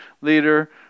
leader